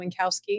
Winkowski